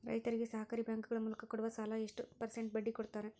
ರೈತರಿಗೆ ಸಹಕಾರಿ ಬ್ಯಾಂಕುಗಳ ಮೂಲಕ ಕೊಡುವ ಸಾಲ ಎಷ್ಟು ಪರ್ಸೆಂಟ್ ಬಡ್ಡಿ ಕೊಡುತ್ತಾರೆ?